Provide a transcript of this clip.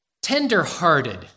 Tender-hearted